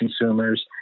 consumers